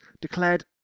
declared